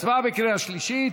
הצבעה בקריאה שלישית.